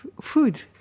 food